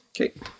Okay